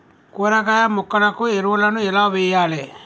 కూరగాయ మొక్కలకు ఎరువులను ఎలా వెయ్యాలే?